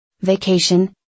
Vacation